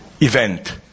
event